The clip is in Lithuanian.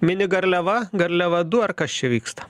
mini garliava garliava du ar kas čia vyksta